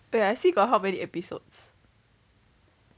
wait I see got how many episodes